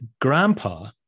grandpa